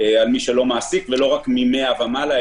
על מי שלא מעסיק ולא רק מ-100 ומעלה,